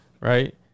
right